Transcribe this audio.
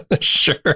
Sure